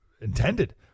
intended